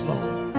Lord